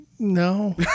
No